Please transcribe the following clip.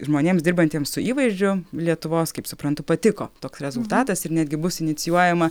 žmonėms dirbantiems su įvaizdžiu lietuvos kaip suprantu patiko toks rezultatas ir netgi bus inicijuojama